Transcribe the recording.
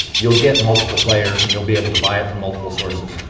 you'll get multiple players. and you'll be able to buy it from multiple sources.